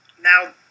now